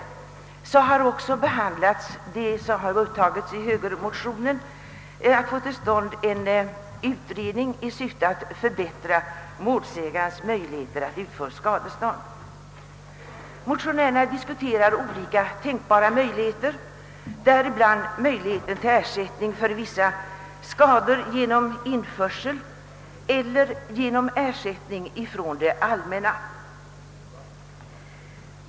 I samma utskottsutlåtande behandlas högermotionens förslag om en utredning i syfte att förbättra målsägandes möjligheter att utfå skadestånd. Motionärerna diskuterar olika möjligheter, däribland möjligheten att genom införsel ge ersättning för vissa skador och möjligheterna till ersättning från det allmänna.